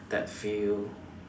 that few